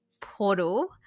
portal